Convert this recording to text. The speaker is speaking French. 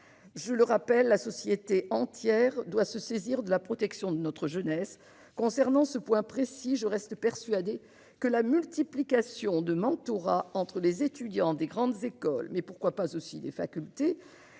Je le rappelle, la société entière doit se saisir de la protection de notre jeunesse. Sur ce point précis, je reste persuadée que la multiplication des mentorats entre les étudiants des grandes écoles- pourquoi pas aussi des facultés